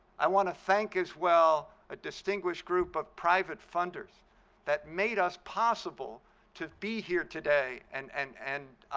i want to thank as well a distinguished group of private funders that made us possible to be here today and and and